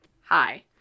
hi